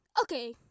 Okay